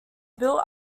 built